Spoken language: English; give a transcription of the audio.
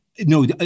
No